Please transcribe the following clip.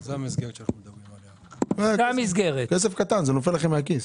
זה כסף קטן, זה נופל לכם מהכיס.